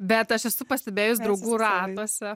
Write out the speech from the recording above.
bet aš esu pastebėjus draugų ratuose